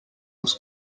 was